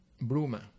Bruma